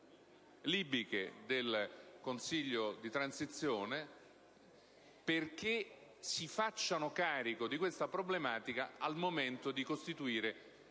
libiche del Consiglio di transizione perché si facciano carico di questa problematica al momento di costituire